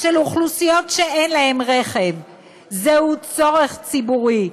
של אוכלוסיות שאין להן רכב זהו צורך ציבורי,